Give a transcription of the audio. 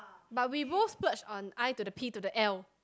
but we both splurge on I to the P to the L